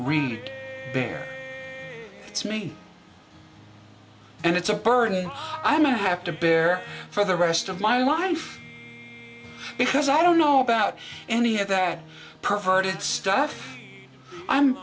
reid it's me and it's a burden i'm going to have to bear for the rest of my life because i don't know about any of that perverted stuff i'm